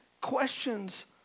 questions